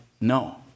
no